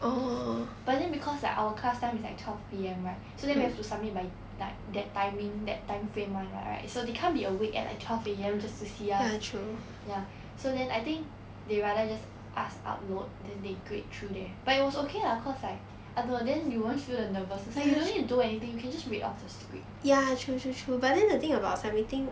but then because like our class time is like twelve P_M right so then we have to submit by like that timing that time frame [one] [what] right so they can't be awake at twelve A_M just to see us ya so then I think they rather just us upload then they grade through there but it was okay lah cause like I don't know then you won't feel the nervousness like you don't need to do anything you can just read off the script